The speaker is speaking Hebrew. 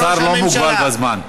השר לא מוגבל בזמן.